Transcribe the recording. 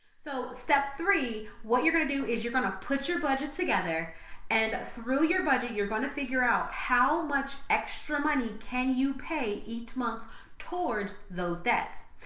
so step three, what you're going to do is you're going to put your budget together and through your budget, you're going to figure out how much extra money can you pay each month towards those debts.